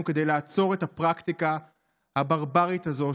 כדי לעצור את הפרקטיקה הברברית הזו,